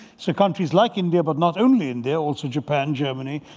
so countries like india, but not only india. also japan. germany.